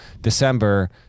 December